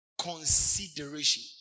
consideration